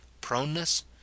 proneness